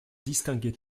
distinguer